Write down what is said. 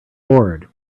board